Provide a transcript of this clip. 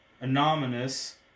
anonymous